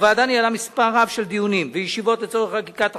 הוועדה ניהלה מספר רב של דיונים וישיבות לצורך חקיקת החוק,